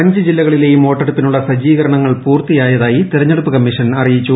അഞ്ച് ജില്ലകളിലെയും വോട്ടെടുപ്പിനുള്ള സജ്ജീകരണങ്ങൾ പൂർത്തിയായതായി തെരഞ്ഞെടുപ്പ് കൃമ്മിഷൻ അറിയിച്ചു